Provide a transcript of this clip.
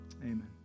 Amen